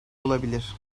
olabilir